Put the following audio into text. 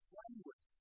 language